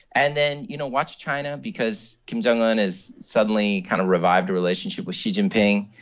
and then, you know, watch china because kim jong un has suddenly kind of revived a relationship with xi jinping.